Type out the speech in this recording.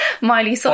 Miley